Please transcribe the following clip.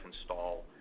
install